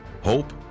hope